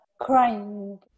crying